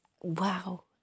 wow